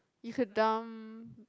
you could dump